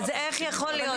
אז איך יכול להיות?